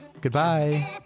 goodbye